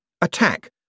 attack